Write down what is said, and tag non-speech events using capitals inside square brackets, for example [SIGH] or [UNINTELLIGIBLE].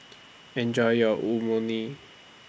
Enjoy your [UNINTELLIGIBLE]